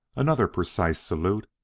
another precise salute,